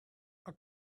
are